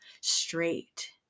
straight